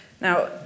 Now